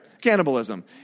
Cannibalism